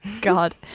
God